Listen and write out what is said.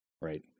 right